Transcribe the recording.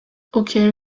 auquel